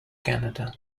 canada